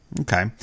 Okay